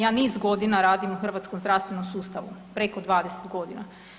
Ja niz godina radim u hrvatskom zdravstvenom sustavu, preko 20 godina.